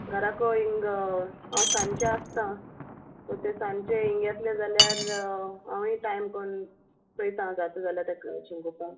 घराको हिंग हांव सांचे आसतां सो ते सांचे हिंग येतले जाल्यार हांवय टायम कोन्न पयता जाता जाल्यार तेका शिंगुपान